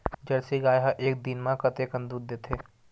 Jersey गाय ह एक दिन म कतेकन दूध देथे?